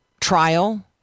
trial